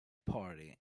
party